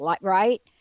right